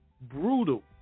brutal